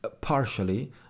partially